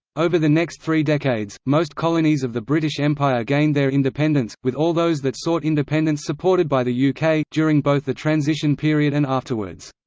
over the next three decades, most colonies of the british empire gained their independence, with all those that sought independence supported by the u k, during both the transition period and afterwards.